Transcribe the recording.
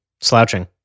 Slouching